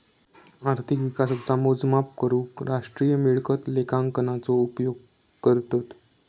अर्थिक विकासाचा मोजमाप करूक राष्ट्रीय मिळकत लेखांकनाचा उपयोग करतत